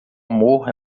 amor